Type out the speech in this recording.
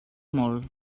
molt